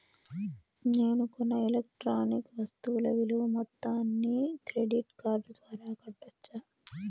నేను కొన్న ఎలక్ట్రానిక్ వస్తువుల విలువ మొత్తాన్ని క్రెడిట్ కార్డు ద్వారా కట్టొచ్చా?